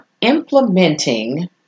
implementing